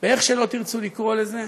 איך שלא תרצו לקרוא לזה,